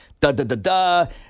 da-da-da-da